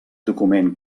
document